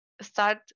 start